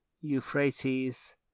Euphrates